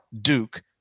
Duke